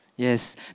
Yes